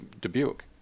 Dubuque